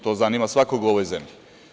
To zanima svakog u svojoj zemlji.